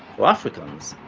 for africans,